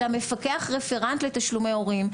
אלא מפקח רפרנט לתשלומי הורים.